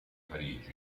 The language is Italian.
parigi